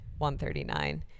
139